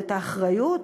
ואת האחריות,